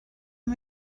wir